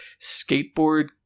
Skateboard